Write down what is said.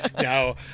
No